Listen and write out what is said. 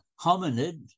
hominid